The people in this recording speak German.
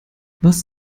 was